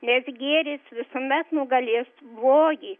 nes gėris visuomet nugalės blogį